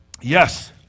yes